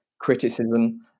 criticism